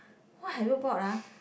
what have you bought lah